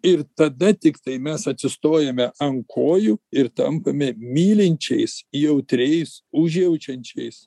ir tada tiktai mes atsistojame ant kojų ir tampame mylinčiais jautriais užjaučiančiais